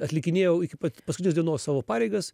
atlikinėjau iki pat paskutinės dienos savo pareigas